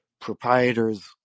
proprietors